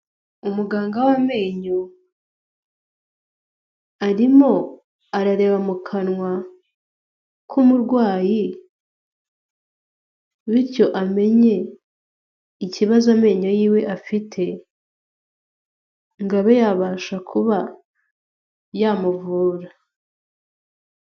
Umuganga w'amenyo arimo arareba mu kanwa k'umurwayi bityo amenye ikibazo amenyo yiwe afite ngo abe yabasha kuba yamuvura.